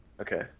Okay